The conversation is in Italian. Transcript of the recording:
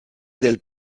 del